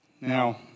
now